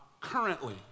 Currently